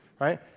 Right